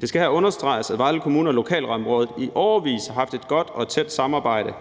Det skal her understreges, at Vejle Kommune og lokalområdet i årevis har haft et godt og tæt samarbejde